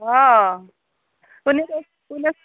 अ सोर बुदों